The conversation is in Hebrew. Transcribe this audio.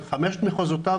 על חמישה מחוזותיו,